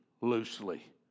loosely